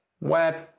web